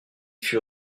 fut